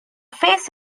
face